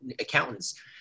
accountants